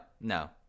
no